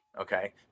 Okay